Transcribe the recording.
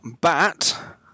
Bat